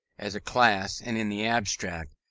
as a class and in the abstract,